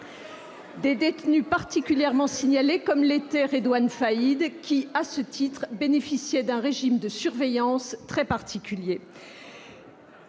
des détenus particulièrement signalés, comme l'était Redoine Faïd, qui, à ce titre, relevait d'un régime de surveillance très particulier.